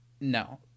No